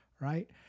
right